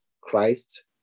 christ